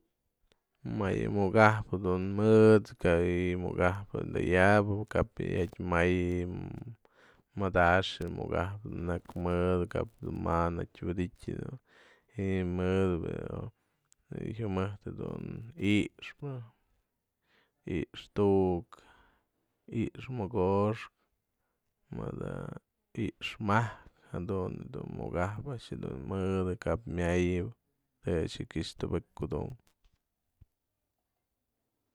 Më yë mukakajpë dun mëdë tëy mukakajpë ad'a yäbë kap yë jyatë ma'ayë madaxyë mukakajpë jak mëdë ka'ap du ma najtyë wi'idytë jadun, ji'i mëdë yë jyumëjt dun i'ixpä, i'ix tu'uk, i'ix mokoxkë mëdë i'ix majkëm, jadun dun mukakajpë a'ax dun mëdë, kap miayë të a'ax je kyax tubë'ëk kudu'ump ë.